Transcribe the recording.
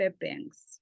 Banks